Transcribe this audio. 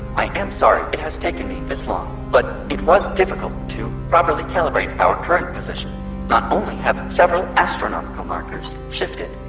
i am sorry it has taken me this long, but it was difficult to properly calibrate our current position. not only have several astronomical markers shifted,